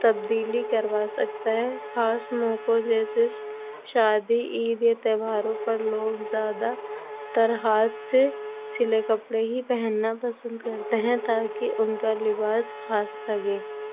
تبدیلی کروا سکتا ہے خاص موقعوں جیسے شادی عید یا تہواروں پر لوگ زیادہ تر ہاتھ سے سلے کپڑے ہی پہننا پسند کرتے ہیں تاکہ ان کا لباس خاص لگے